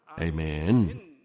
Amen